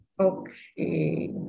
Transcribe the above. okay